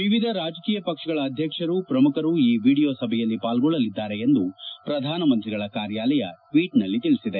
ವಿವಿಧ ರಾಜಕೀಯ ಪಕ್ಷಗಳ ಅಧ್ಯಕ್ಷರು ಪ್ರಮುಖರು ಈ ವಿಡಿಯೋ ಸಭೆಯಲ್ಲಿ ಪಾಲ್ಗೊಳ್ಳಲಿದ್ದಾರೆ ಎಂದು ಪ್ರಧಾನಮಂತ್ರಿಗಳ ಕಾರ್ಯಾಲಯ ಟ್ವೀಟ್ನಲ್ಲಿ ತಿಳಿಸಿದೆ